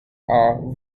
are